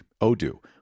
Odoo